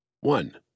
one